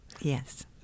Yes